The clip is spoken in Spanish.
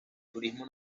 turismo